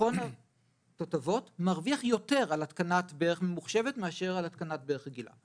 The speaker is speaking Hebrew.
מכון תותבות מרוויח יותר על התקנת ברך ממוחשבת מאשר על התקנת ברך רגילה,